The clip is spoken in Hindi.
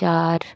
चार